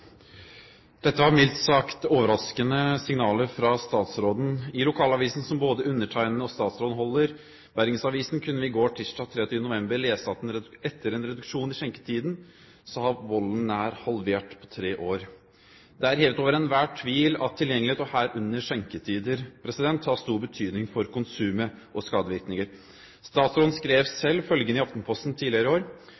Dette var mildt sagt overraskende signaler fra statsråden. I lokalavisen som både undertegnede og statsråden holder, Bergensavisen, kunne vi i går, tirsdag 23. november, lese at etter en reduksjon i skjenketiden er volden nær halvert på tre år. Det er hevet over enhver tvil at tilgjengelighet, og herunder skjenketider, har stor betydning for konsumet og skadevirkninger. Statsråden skrev